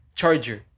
charger